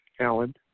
Alan